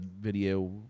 video